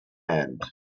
hand